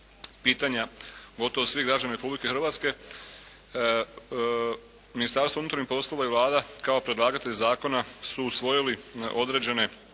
pitanja gotovo svih građana Republike Hrvatske. Ministarstvo unutarnjih poslova i Vlada kao predlagatelj zakona su usvojili određene